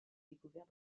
découvert